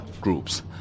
groups